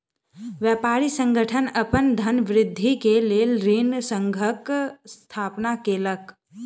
व्यापारी संगठन अपन धनवृद्धि के लेल ऋण संघक स्थापना केलक